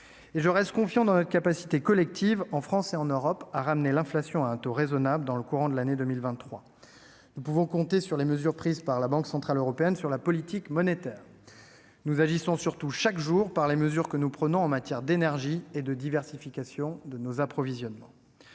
Je reste confiant dans notre capacité collective, en France et en Europe, à ramener l'inflation à un taux raisonnable dans le courant de l'année 2023. Nous pouvons compter sur les mesures prises par la Banque centrale européenne (BCE) en matière de politique monétaire. Surtout, nous agissons chaque jour par les mesures que nous prenons en matière d'énergie et de diversification de nos approvisionnements.